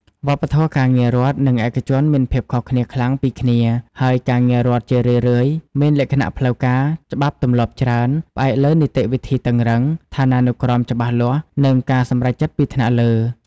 វប្បធម៌ការងាររដ្ឋ និងឯកជនមានភាពខុសគ្នាខ្លាំងពីគ្នា ហើយការងាររដ្ឋជារឿយៗមានលក្ខណៈផ្លូវការ ច្បាប់ទម្លាប់ច្រើន ផ្អែកលើនីតិវិធីតឹងរ៉ឹង ឋានានុក្រមច្បាស់លាស់ និងការសម្រេចចិត្តពីថ្នាក់លើ ។